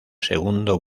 segundo